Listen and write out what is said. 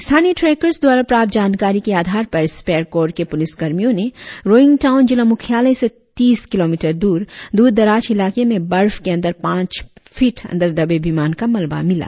स्थानीय ट्रेर्क्स द्वारा प्राप्त जानकारी के आधार पर स्पेयर कोर के पुलिस कर्मियों ने रोईंग टाऊन जिला मुख्यालय से तीस किलोमीटर दुर दूरदराज इलाके में बर्फ के अंदर पांच फिट अंदर दबे विमान का मलबा मिला